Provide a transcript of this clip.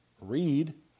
read